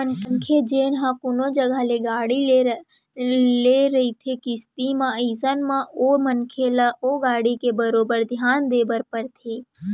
मनखे जेन ह कोनो जघा ले गाड़ी ले रहिथे किस्ती म अइसन म ओ मनखे ल ओ गाड़ी के बरोबर धियान देय बर परथे